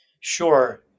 Sure